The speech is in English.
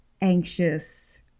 anxious